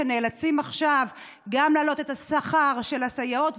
שנאלצים עכשיו גם לעלות את השכר של הסייעות,